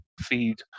feed